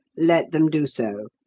let them do so.